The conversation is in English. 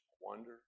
wonder